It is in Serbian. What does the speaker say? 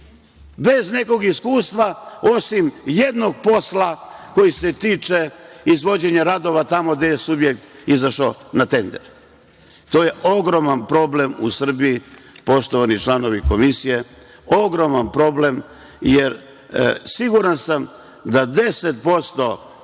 bez nekog iskustva osim jednog posla koji se tiče izvođenja radova tamo gde je subjekt izašao na tender. To je ogroman problem u Srbiji, poštovani članovi Komisije, ogroman problem, jer siguran sam da 10%